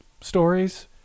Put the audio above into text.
stories